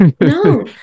No